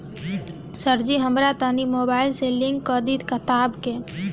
सरजी हमरा तनी मोबाइल से लिंक कदी खतबा के